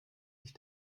sich